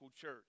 church